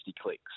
clicks